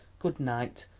good-night,